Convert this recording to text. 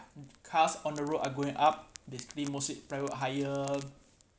cars on the road are going up basically mostly private hired